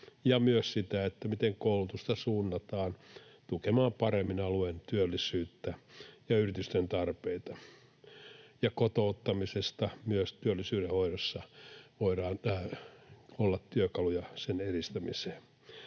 ja myös sitä, miten koulutusta suunnataan tukemaan paremmin alueen työllisyyttä ja yritysten tarpeita. Ja kotouttamisesta: myös työllisyyden hoidossa voi olla työkaluja sen edistämiseen.